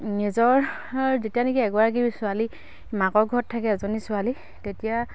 নিজৰ যেতিয়া নেকি এগৰাকী ছোৱালী মাকৰ ঘৰত থাকে এজনী ছোৱালী তেতিয়া